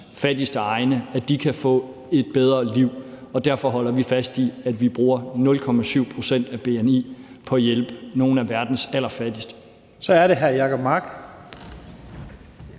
fattigste egne kan få et bedre liv, og derfor holder vi fast i, at vi bruger 0,7 pct. af bni på at hjælpe nogle af verdens allerfattigste. Kl. 10:41 Første